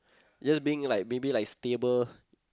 just being like maybe like stable